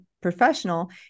professional